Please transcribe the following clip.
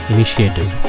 Initiative